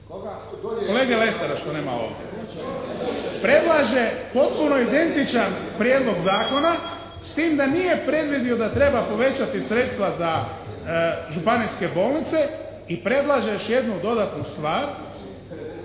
Lesara, kolege Lesara što nema ovdje. Predlaže potpuno identičan prijedlog zakona s tim da nije predvidio da treba povećati sredstva za županijske bolnice. I predlaže još jednu dodatnu stvar,